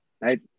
right